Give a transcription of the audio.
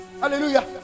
hallelujah